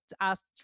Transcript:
asked